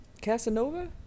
Casanova